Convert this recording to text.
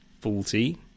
faulty